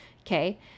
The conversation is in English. Okay